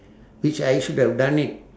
which I should have done it